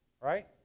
Right